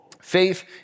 Faith